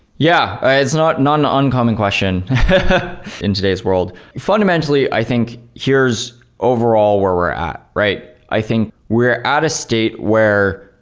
yeah. it's not not an uncommon question in today's world. fundamentally, i think here's overall where we're at, right? i think we're at a state where